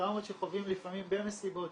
הטראומות שחווים לפעמים במסיבות,